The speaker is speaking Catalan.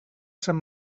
sant